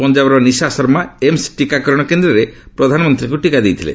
ପଞ୍ଜାବର ନିଶା ଶର୍ମା ଏମ୍ସ ଟିକାକରଣ କେନ୍ଦ୍ରରେ ପ୍ରଧାନମନ୍ତ୍ରୀଙ୍କୁ ଟିକା ଦେଇଛନ୍ତି